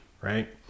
right